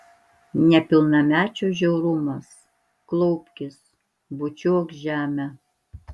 nepilnamečio žiaurumas klaupkis bučiuok žemę